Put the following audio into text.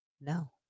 No